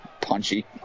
punchy